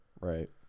right